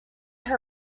her